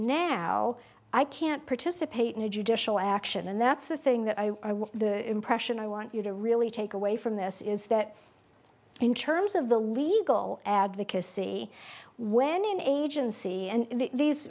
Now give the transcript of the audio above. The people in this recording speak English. now i can't participate in a judicial action and that's the thing that i want the impression i want you to really take away from this is that in terms of the legal advocacy when an agency and these